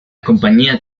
compañía